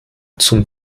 zum